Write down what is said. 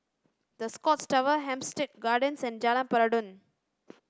The Scotts Tower Hampstead Gardens and Jalan Peradun